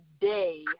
day